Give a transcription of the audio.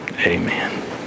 Amen